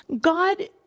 God